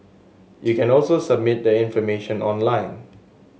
you can also submit the information online